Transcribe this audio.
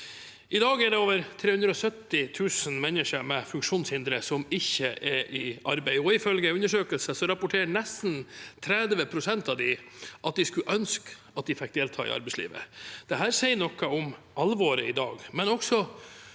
I dag er det over 370 000 mennesker med funksjonshindre som ikke er i arbeid, og ifølge en undersøkelse rapporterer nesten 30 pst. av dem at de skulle ønske at de fikk delta i arbeidslivet. Dette sier noe om alvoret i dag, men også